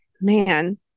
man